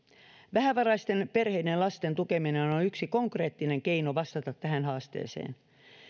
vähävaraisten perheiden ja lasten tukeminen on yksi konkreettinen keino vastata tähän haasteeseen